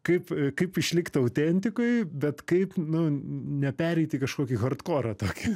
kaip kaip išlikt autentikoj bet kaip nu ne pereit į kažkokį hardkorą tokį